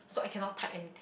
so I cannot type anything